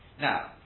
Now